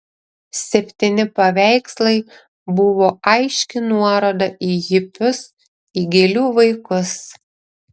septyni paveikslai buvo aiški nuoroda į hipius į gėlių vaikus